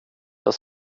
jag